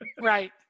Right